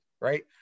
right